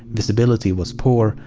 visibility was poor,